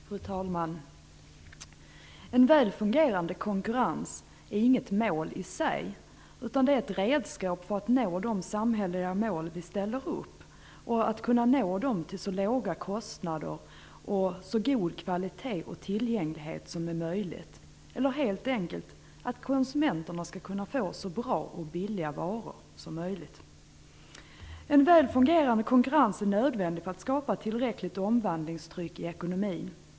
Fru talman! En väl fungerande konkurrens är inget mål i sig, utan det är ett redskap för att nå de samhälleliga mål som vi ställer upp till så låga kostnader och med så god kvalitet och tillgänglighet som är möjligt, eller helt enkelt att konsumenterna skall kunna få så bra och billiga varor som möjligt. En väl fungerande konkurrens är nödvändig för att skapa tillräckligt omvandlingstryck i ekonomin.